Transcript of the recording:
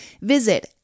Visit